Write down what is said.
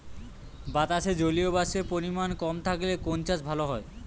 বাতাসে জলীয়বাষ্পের পরিমাণ কম থাকলে কোন চাষ ভালো হয়?